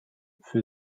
für